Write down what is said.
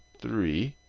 three,